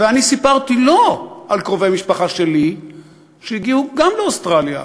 ואני סיפרתי לו על קרובי משפחה שלי שגם הגיעו לאוסטרליה,